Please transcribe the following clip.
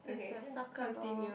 is a soccer ball